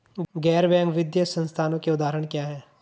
गैर बैंक वित्तीय संस्थानों के उदाहरण क्या हैं?